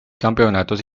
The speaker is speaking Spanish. campeonatos